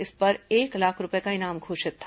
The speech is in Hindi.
इस पर एक लाख रूपये का इनाम घोषित था